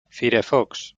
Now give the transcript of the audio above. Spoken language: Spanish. firefox